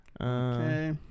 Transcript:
Okay